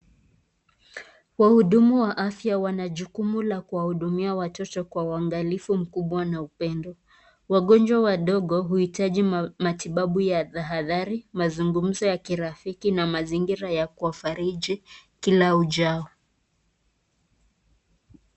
Wahudumu wa afya wana jukuma la kuwahudumia watoto kwa uangalifu mkubwa na upendo. Wagonjwa wadogo huitaji matibabu ya thahatari, mazungumzo ya kirafiki na mazingira ya kuwafariji Kila ujao.